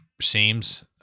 seems